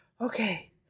Okay